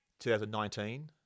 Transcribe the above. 2019